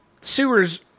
sewer's